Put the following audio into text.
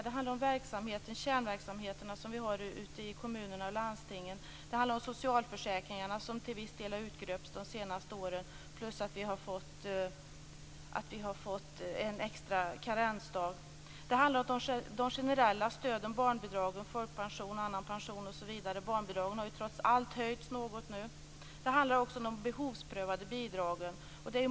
Det handlar om kärnverksamheterna ute i kommunerna och landstingen. Det handlar om socialförsäkringarna, som till viss del har urgröpts de senaste åren plus att vi har fått en extra karensdag. Det handlar om de generella stöden, som barnbidrag, folkpension och annan pension. Barnbidraget har trots allt höjts något nu. Det handlar också om de behovsprövade bidragen.